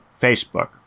Facebook